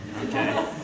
okay